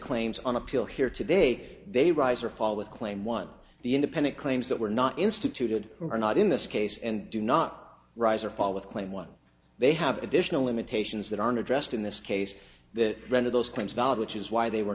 claims on appeal here today they rise or fall with claim one the independent claims that were not instituted are not in this case and do not rise or fall with claim one they have additional limitations that aren't addressed in this case the rest of those points are valid which is why they were